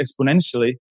exponentially